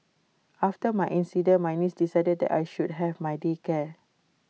after my incident my niece decided that I should have my day care